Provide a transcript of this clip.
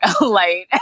light